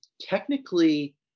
technically